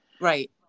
Right